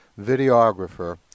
videographer